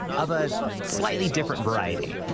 of a slightly different variety